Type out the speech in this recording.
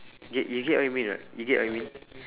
get you get what I mean or not you get what I mean